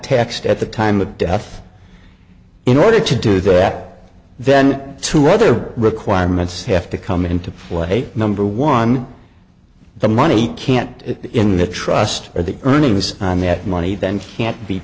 taxed at the time of death in order to do that then two other requirements have to come into play number one the money can't in the trust or the earnings on that money then can't be